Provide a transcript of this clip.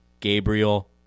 Gabriel